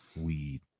weed